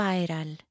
Viral